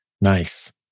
Nice